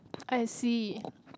I see